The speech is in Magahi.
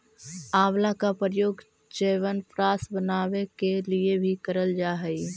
आंवला का प्रयोग च्यवनप्राश बनाने के लिए भी करल जा हई